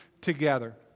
together